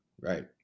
Right